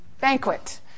banquet